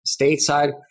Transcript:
stateside